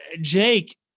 Jake